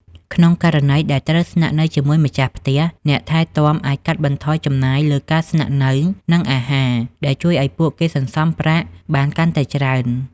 ក្នុងករណីដែលត្រូវស្នាក់នៅជាមួយម្ចាស់ផ្ទះ អ្នកថែទាំអាចកាត់បន្ថយចំណាយលើការស្នាក់នៅ និងអាហារ ដែលជួយឱ្យពួកគេសន្សំប្រាក់បានកាន់តែច្រើន។